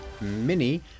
mini